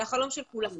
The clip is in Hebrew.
זה החלום של כולנו.